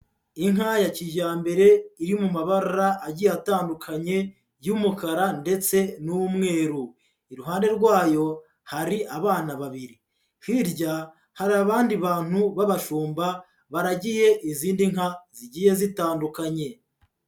Inka ya kijyambere iri mu mabara agiye atandukanye y'umukara ndetse n'umweru, iruhande rwayo hari abana babiri, hirya hari abandi bantu b'abashumba baragiye izindi nka zigiye zitandukanye.